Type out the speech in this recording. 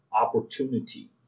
opportunity